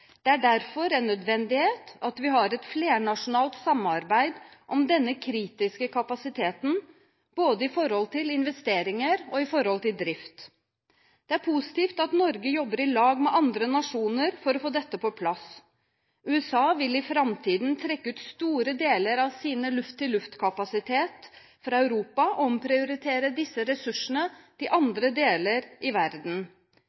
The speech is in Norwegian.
Det er derfor en nødvendighet at vi har et flernasjonalt samarbeid om denne kritiske kapasiteten, både når det gjelder investeringer, og når det gjelder drift. Det er positivt at Norge jobber sammen med andre nasjoner for å få dette på plass. USA vil i framtiden trekke ut store deler av sin luft-til-luft-kapasitet fra Europa og omprioritere disse ressursene til